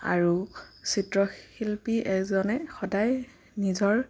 আৰু চিত্ৰশিল্পী এজনে সদায় নিজৰ